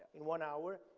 in one hour,